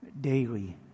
daily